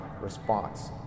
response